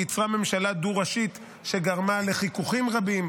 היא ייצרה ממשלה דו-ראשית שגרמה לחיכוכים רבים,